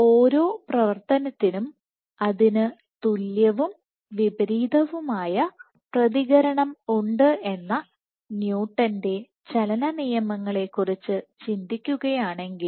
ഓരോ പ്രവർത്തനത്തിനും അതിനു തുല്യവും വിപരീതവുമായ പ്രതികരണമുണ്ട് എന്ന് ന്യൂട്ടന്റെ ചലന നിയമങ്ങളെക്കുറിച്ച് ചിന്തിക്കുകയാണെങ്കിൽ